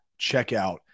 checkout